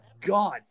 God